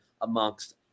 amongst